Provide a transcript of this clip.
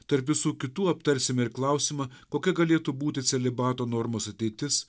tarp visų kitų aptarsime ir klausimą kokia galėtų būti celibato normos ateitis